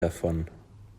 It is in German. davon